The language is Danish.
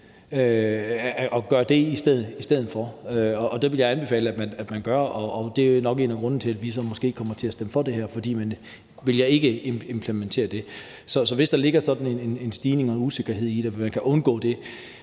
at gøre det i stedet for – og det vil jeg anbefale at man gør. En af grundene til, at vi måske ikke kommer til at stemme for det her, er nok, at man vælger ikke at implementere det. Så hvis der ligger sådan en stigning og en usikkerhed i det og at man kunne undgå det